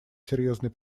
серьезной